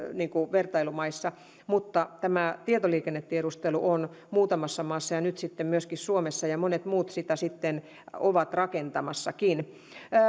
vertailumaissamme mutta tämä tietoliikennetiedustelu on muutamassa maassa ja nyt sitten myöskin suomessa ja monet muut sitä ovat rakentamassakin